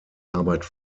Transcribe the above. arbeit